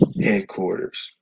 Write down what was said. headquarters